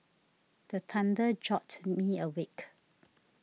the thunder jolt me awake